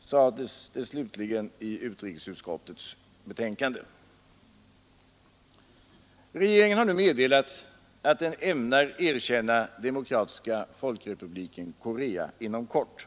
sades det avslutningsvis i utskottets betänkande. Regeringen har nu meddelat att den ämnar erkänna Demokratiska folkrepubliken Korea inom kort.